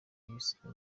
ibisebe